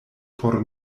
por